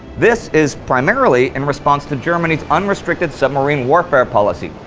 this is primarily in response to germany's unrestricted submarine warfare policy,